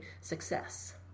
success